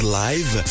live